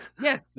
Yes